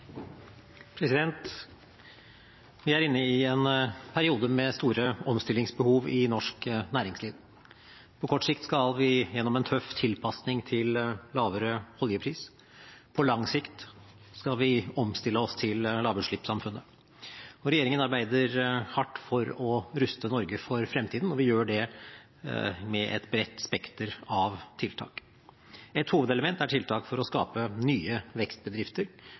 inne i en periode med store omstillingsbehov i norsk næringsliv. På kort sikt skal vi gjennom en tøff tilpasning til lavere oljepris. På lang sikt skal vi omstille oss til lavutslippssamfunnet. Regjeringen arbeider hardt for å ruste Norge for fremtiden, og vi gjør det med et bredt spekter av tiltak. Et hovedelement er tiltak for å skape nye vekstbedrifter